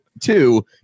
two